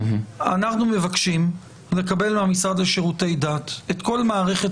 אנחנו מבקשים לקבל מהמשרד לשירותי דת את כל מערכת